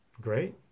great